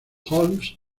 holmes